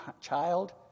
child